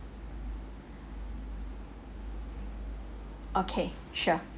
okay sure